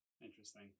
Interesting